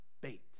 bait